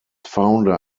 founder